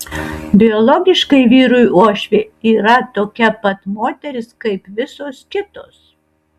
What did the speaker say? biologiškai vyrui uošvė yra tokia pat moteris kaip visos kitos